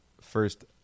first